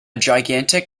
gigantic